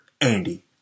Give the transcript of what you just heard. Andy